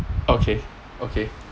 okay okay